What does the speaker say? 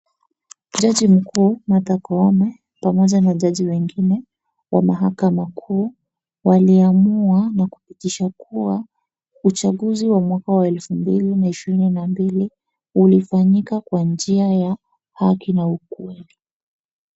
Jaji mkuu Martha koome pamoja na jaji wengine wa mahakama kuu waliamua na kupitisha kuwa uchaguzi wa mwaka wa elfu mbili na ishirini na mbili ulifanyika kwa njia ya haki na ukweli